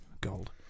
Gold